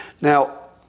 Now